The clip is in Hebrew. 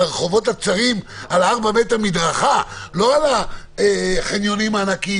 הרחובות הצרים על ה-4 מטר מדרכה לא על החניונים הענקיים